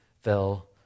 fell